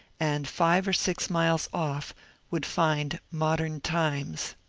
and five or six miles off would find modern times.